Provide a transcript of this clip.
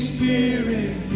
Spirit